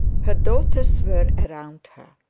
her daughters were around her.